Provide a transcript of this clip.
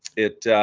it